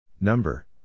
Number